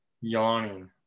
Yawning